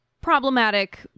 problematic